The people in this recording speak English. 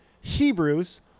Hebrews